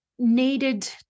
Needed